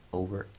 over